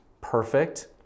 perfect